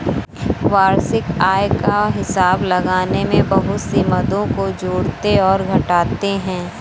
वार्षिक आय का हिसाब लगाने में बहुत सी मदों को जोड़ते और घटाते है